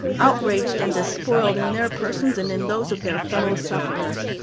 outraged and despoiled in their persons and in those of their fellow sufferers.